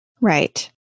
Right